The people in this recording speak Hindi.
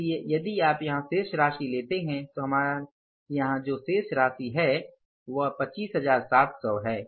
इसलिए यदि आप यहां शेष राशि लेते हैं तो हमारे यहां जो शेष राशि है वह 25700 है